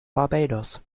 barbados